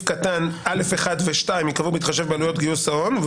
קטן (א)(1) ו-(2) ייקבעו בהתחשב בעלויות גיוס ההון,